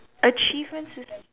achievements